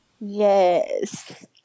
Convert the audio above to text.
Yes